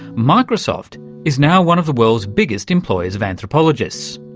microsoft is now one of the world's biggest employers of anthropologists.